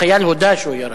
החייל הודה שהוא ירה.